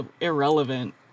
irrelevant